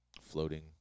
floating